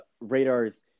radars